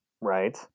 right